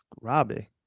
Robbie